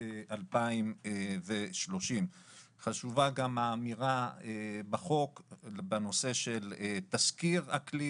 2030. חשובה גם האמירה בחוק בנושא של תזכיר אקלים.